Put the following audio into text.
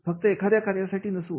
फक्त एखाद्या कार्यासाठी नसून